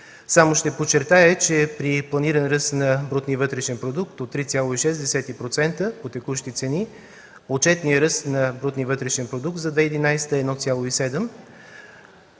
Само ще подчертая, че при планиран ръст на брутния вътрешен продукт от 3,6% по текущи цени отчетният ръст на брутния вътрешен продукт за 2011 г. е 1,7.